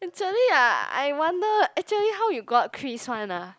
actually ah I wonder actually how you got Chris one ah